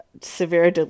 severe